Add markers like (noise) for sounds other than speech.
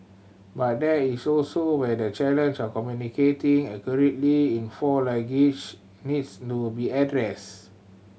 but there is (unintelligible) where the challenge of communicating accurately in four language needs no be addressed